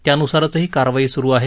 त्यानुसारच ही कारवाई सुरु आहे